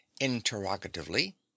interrogatively